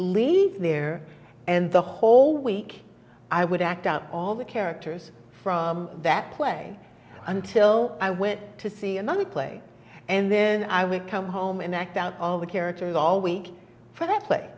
leave there and the whole week i would act out all the characters from that play until i went to see another play and then i would come home and act out all the characters all week for the pla